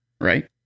right